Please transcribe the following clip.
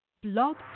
Blog